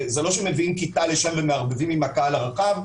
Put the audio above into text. זה לא שמביאים לשם כיתה ומערבבים עם הקהל הרחב.